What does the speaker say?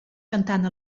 cantant